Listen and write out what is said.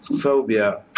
phobia